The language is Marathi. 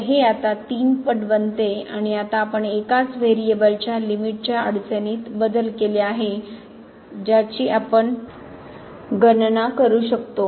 तर हे आता 3 पट बनते आणि आता आपण एकाच व्हेरिएबलच्या लिमिट च्या अडचणीत बदल केले आहे ज्याची आपण गणना करू शकतो